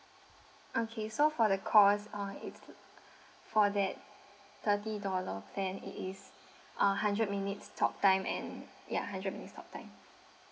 okay so for the cost uh it's for that thirty dollar plan it is uh hundred minutes talk time and yeah hundred minutes talk time